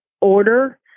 order